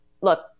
look